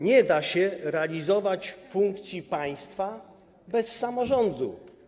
Nie da się dzisiaj realizować funkcji państwa bez samorządu.